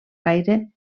gaire